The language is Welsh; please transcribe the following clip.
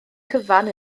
cyfan